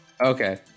Okay